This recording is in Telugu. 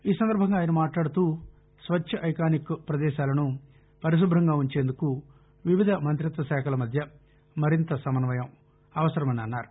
ఈ సందర్భంగా ఆయన మాట్లాదుతూ స్వచ్చ ఐకానిక్ ప్రదేశాలను పరిశుభ్రంగా ఉంచేందుకు వివిధ మంతిత్వ శాఖల మధ్య మరింత సమన్వయం అవసరమని అన్నారు